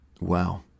Wow